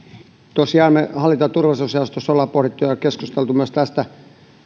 tosiaan me hallinto ja turvallisuusjaostossa olemme pohtineet ja keskustelleet myös tästä